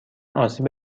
آسیب